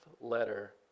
letter